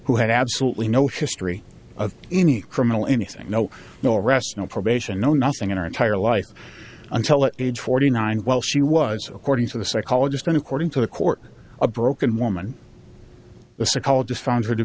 who had absolutely no history of any criminal anything no no arrests no probation no nothing in her entire life until at age forty nine while she was according to the psychologist and according to the court a broken woman a psychologist found her to